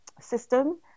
system